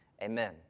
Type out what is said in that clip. Amen